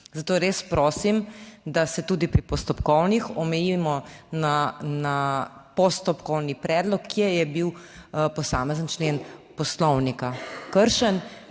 zato res prosim, da se tudi pri postopkovnih omejimo na postopkovni predlog, kje je bil posamezen člen Poslovnika kršen,